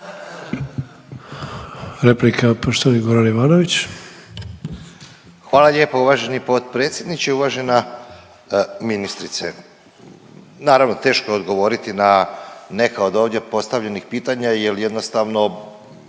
**Ivanović, Goran (HDZ)** Hvala lijepa uvaženi potpredsjedniče. Uvažena ministrice, naravno teško je odgovoriti na neka od ovdje postavljenih pitanja jel jednostavno